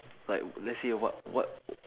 like let's say what what